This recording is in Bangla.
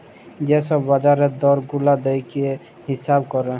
যে ছব বাজারের দর গুলা দ্যাইখে হিঁছাব ক্যরে